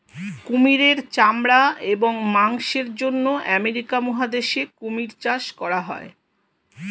কুমিরের চামড়া এবং মাংসের জন্য আমেরিকা মহাদেশে কুমির চাষ করা হয়